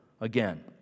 again